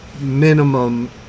minimum